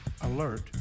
Alert